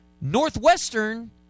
Northwestern